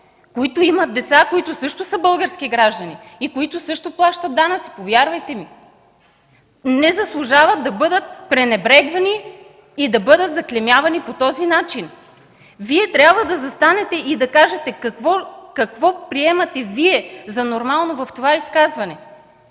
работят, имат деца, които също са български граждани, и плащат данъци. Повярвайте ми! Не заслужават да бъдат пренебрегвани и заклеймявани по този начин. Вие трябва да застанете и да кажете какво приемате за нормално в това изказване